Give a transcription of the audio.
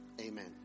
Amen